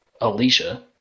Alicia